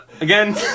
again